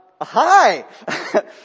Hi